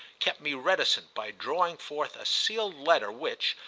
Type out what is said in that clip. kept me reticent by drawing forth a sealed letter which,